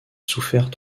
souffert